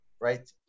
right